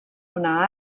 una